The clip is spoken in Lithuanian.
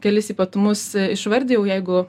kelis ypatumus išvardijau jeigu